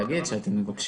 השר יקבע